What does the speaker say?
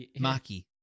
maki